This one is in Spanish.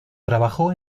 trabajó